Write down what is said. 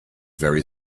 very